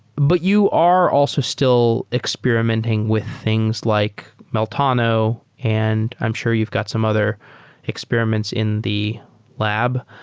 but you are also still experimenting with things like meltano, and i'm sure you've got some other experiments in the lab.